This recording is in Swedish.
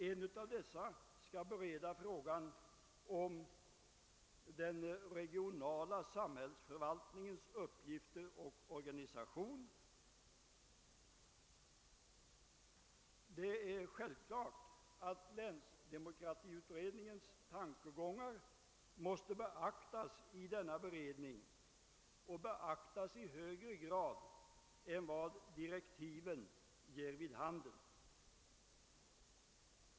En av dessa skall bereda frågan om den regionala samhällsförvaltningens uppgifter och organisation. Det är självklart att länsdemokratiutredningens tankegångar måste beaktas i denna beredning och beaktas i högre grad än vad direktiven ger vid handen.